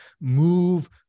move